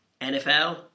NFL